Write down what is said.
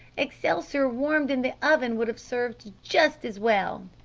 excelsior warmed in the oven would have served just as well.